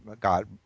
God